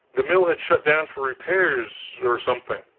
the mill had shut down for repairs, or something.